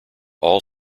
all